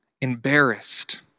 embarrassed